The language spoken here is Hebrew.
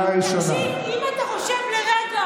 זה שיש תקלה הרבה שנים זה לא מכשיר את התקלה.